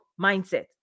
mindset